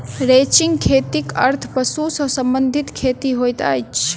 ranching खेतीक अर्थ पशु सॅ संबंधित खेती होइत अछि